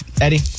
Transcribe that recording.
Eddie